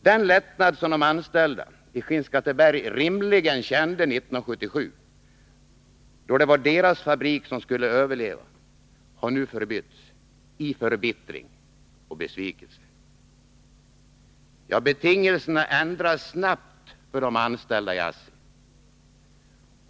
Den lättnad som de anställda i Skinnskatteberg rimligen kände 1977, då det var deras fabrik som skulle överleva, har nu förbytts i förbittring och besvikelse. Betingelserna ändras snabbt för de anställda i ASSI.